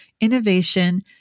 innovation